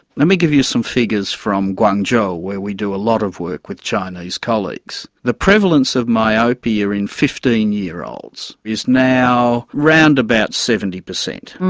let me give you some figures from guangzhou where we do a lot of work with chinese colleagues. the prevalence of myopia in fifteen year olds is now around about seventy percent.